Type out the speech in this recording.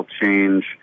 change